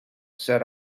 said